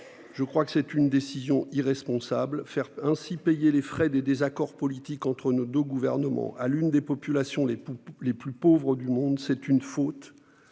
mais aussi en France. Faire ainsi payer les frais des désaccords politiques entre nos deux gouvernements à l'une des populations les plus pauvres du monde, c'est une faute !